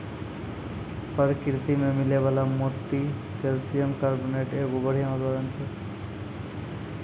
परकिरति में मिलै वला मोती कैलसियम कारबोनेट के एगो बढ़िया उदाहरण छै